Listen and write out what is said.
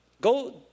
Go